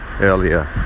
earlier